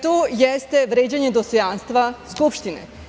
To jeste vređanje dostojanstva Skupštine.